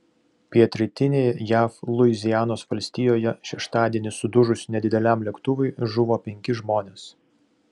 pietrytinėje jav luizianos valstijoje šeštadienį sudužus nedideliam lėktuvui žuvo penki žmonės